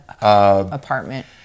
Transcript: apartment